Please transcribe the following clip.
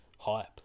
Hype